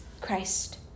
christ